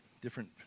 different